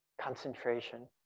concentration